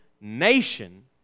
nation